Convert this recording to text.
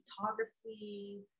photography